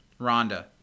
Rhonda